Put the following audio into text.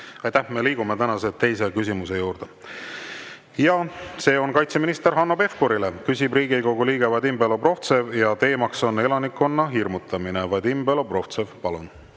palun! Me liigume tänase teise küsimuse juurde. See on kaitseminister Hanno Pevkurile, küsib Riigikogu liige Vadim Belobrovtsev ja teemaks on elanikkonna hirmutamine. Vadim Belobrovtsev, palun!